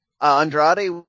Andrade